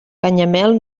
canyamel